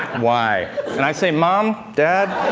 why? and i say, mom, dad